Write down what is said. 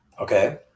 Okay